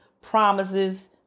promises